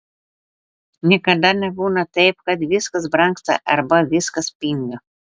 niekada nebūna taip kad viskas brangsta arba viskas pinga